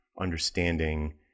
understanding